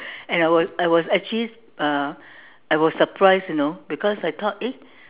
and I was I was actually uh I was surprised you know because I thought eh